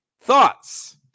Thoughts